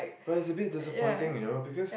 but is a bit disappointing you know because